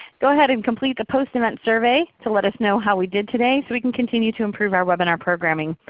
go ahead and complete the post event survey to let us know how we did today so we can continue to improve our webinar programming.